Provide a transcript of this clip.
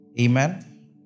Amen